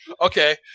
Okay